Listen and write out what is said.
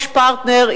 יש פרטנר,